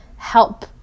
help